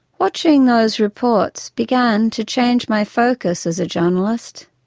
watching those reports began to change my focus as a journalist.